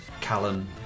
Callan